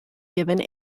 given